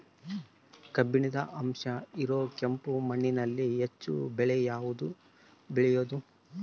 ಕಬ್ಬಿಣದ ಅಂಶ ಇರೋ ಕೆಂಪು ಮಣ್ಣಿನಲ್ಲಿ ಹೆಚ್ಚು ಬೆಳೆ ಯಾವುದು ಬೆಳಿಬೋದು?